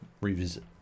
Revisit